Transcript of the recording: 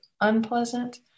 unpleasant